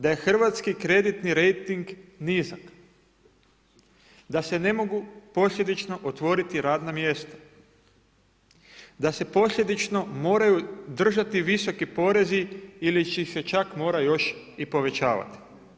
Da je hrvatski kreditni rejting nizak, da se mogu posljedično otvoriti radna mjesta, da se posljedično moraju držati visoki porezi ili će ih se čak morati još i povećavati.